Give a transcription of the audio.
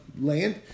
land